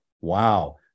wow